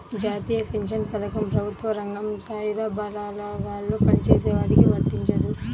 జాతీయ పెన్షన్ పథకం ప్రభుత్వ రంగం, సాయుధ బలగాల్లో పనిచేసే వారికి వర్తించదు